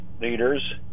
leaders